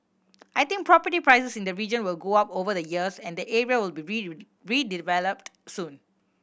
I think property prices in the region will go up over the years and the area will be redeveloped soon